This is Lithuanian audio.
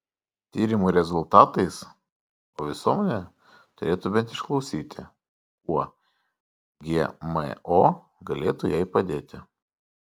tyrimų rezultatais o visuomenė turėtų bent išklausyti kuo gmo galėtų jai padėti